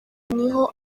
niho